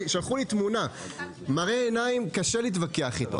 שלחו לי תמונה; קשה להתווכח עם מראה עיניים.